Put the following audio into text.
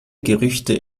gerüchte